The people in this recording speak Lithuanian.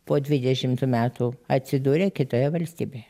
po dvidešimtų metų atsidūrė kitoje valstybėje